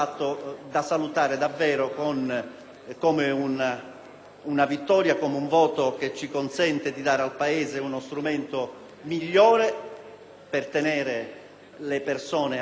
una vittoria perché ci consente di dare al Paese uno strumento migliore per tenere le persone al loro posto, non per tenerle isolate